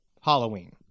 halloween